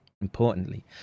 Importantly